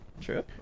True